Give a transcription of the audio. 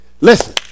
Listen